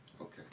Okay